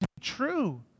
true